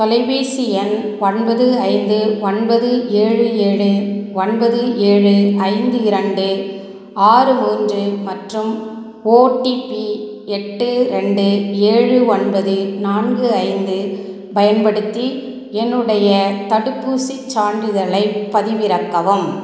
தொலைபேசி எண் ஒன்பது ஐந்து ஒன்பது ஏழு ஏழு ஒன்பது ஏழு ஐந்து இரண்டு ஆறு மூன்று மற்றும் ஓடிபி எட்டு ரெண்டு ஏழு ஒன்பது நான்கு ஐந்து பயன்படுத்தி என்னுடைய தடுப்பூசிச் சான்றிதழைப் பதிவிறக்கவும்